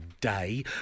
day